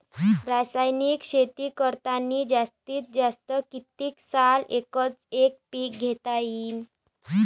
रासायनिक शेती करतांनी जास्तीत जास्त कितीक साल एकच एक पीक घेता येईन?